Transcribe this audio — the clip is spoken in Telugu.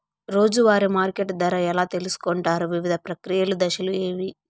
రోజూ వారి మార్కెట్ ధర ఎలా తెలుసుకొంటారు వివిధ ప్రక్రియలు దశలు ఏవి?